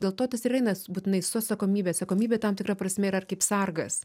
dėl to tas ir eina s būtinai su atsakomybe atsakomybė tam tikra prasme yra kaip sargas